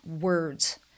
words